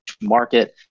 market